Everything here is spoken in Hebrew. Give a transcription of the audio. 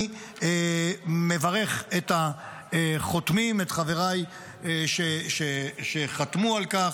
אני מברך את חבריי שחתמו על כך.